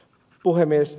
puhemies